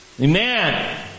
Amen